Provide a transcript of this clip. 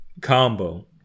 combo